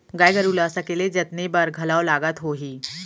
गाय गरू ल सकेले जतने बर घलौ लागत होही?